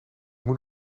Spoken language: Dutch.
moet